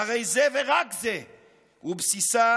והרי זה ורק זה הוא בסיסה